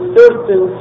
certain